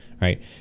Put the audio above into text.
Right